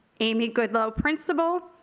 amy goodlow principal,